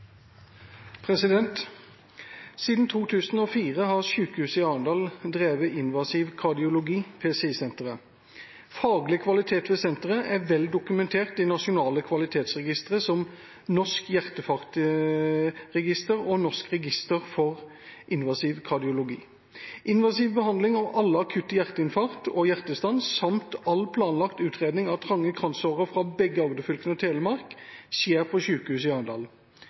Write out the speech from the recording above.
generelt. «Siden 2004 har sykehuset i Arendal drevet invasiv kardiologi/PCI-senteret. Faglig kvalitet ved senteret er godt dokumentert i nasjonale kvalitetsregistre som Norsk hjerteinfarktregister og Norsk register for invasiv kardiologi. Invasiv behandling av alle akutte hjerteinfarkt og tilfeller av hjertestans, samt all planlagt utredning av trange kransårer hos pasienter fra begge Agderfylkene og Telemark skjer på